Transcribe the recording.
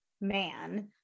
man